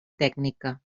tècnica